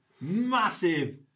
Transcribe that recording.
massive